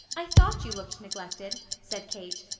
i thought you looked neglected, said kate.